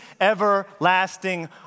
everlasting